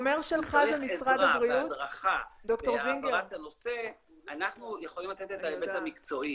אם צריך עזרה בהדרכה ובהעברת הנושא אנחנו יכולים לתת את ההיבט המקצועי.